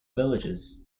villages